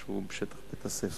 כשהוא בשטח בית-הספר.